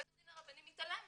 בית הדין הרבני מתעלם